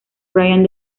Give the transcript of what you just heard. brian